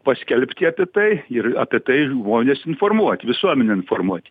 paskelbti apie tai ir apie tai žmonės informuot visuomenę informuot